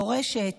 מורשת,